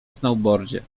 snowboardzie